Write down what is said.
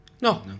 No